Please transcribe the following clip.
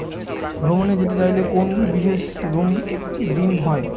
ভ্রমণে যেতে চাইলে কোনো বিশেষ ঋণ হয়?